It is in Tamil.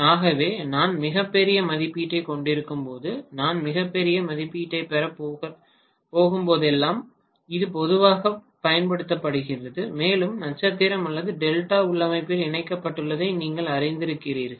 ஆகவே நான் மிகப் பெரிய மதிப்பீட்டைக் கொண்டிருக்கும்போது நான் மிகப் பெரிய மதிப்பீட்டைப் பெறப் போகும்போதெல்லாம் இது பொதுவாகப் பயன்படுத்தப்படுகிறது மேலும் நட்சத்திரம் அல்லது டெல்டா உள்ளமைவில் இணைக்கப்பட்டுள்ளதை நீங்கள் அறிந்திருக்கிறீர்கள்